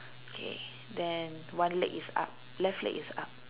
K then one leg is up left leg is up